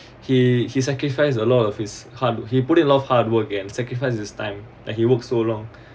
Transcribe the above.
he he sacrifice a lot of his heart he put in a lot of hard work and sacrifice this time and he work so long